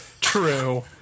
true